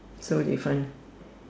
it's so different